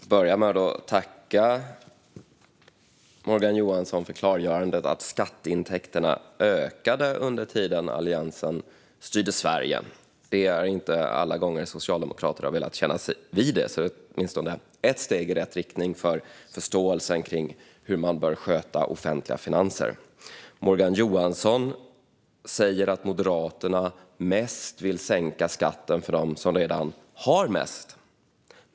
Herr talman! Jag vill börja med att tacka Morgan Johansson för klargörandet att skatteintäkterna ökade under den tid Alliansen styrde Sverige. Det är inte alla gånger Socialdemokraterna har velat kännas vid detta, så det är åtminstone ett steg i rätt riktning för förståelsen av hur man bör sköta offentliga finanser. Morgan Johansson säger att Moderaterna vill sänka skatten mest för dem som redan har mest.